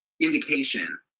indication.